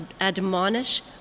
admonish